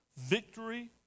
victory